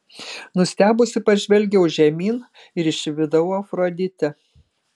nustebusi pažvelgiau žemyn ir išvydau afroditę